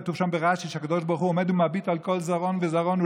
כתוב שם ברש"י שהקדוש ברוך עומד ומביט על כל זרעון וזרעון,